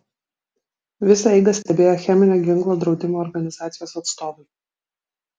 visą eigą stebėjo cheminio ginklo draudimo organizacijos atstovai